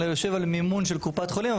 אלא יושב על מימון של קופת חולים,